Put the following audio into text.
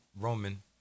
Roman